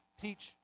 teach